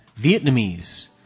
Vietnamese